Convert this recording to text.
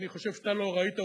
אני חושב שאתה לא ראית אותו,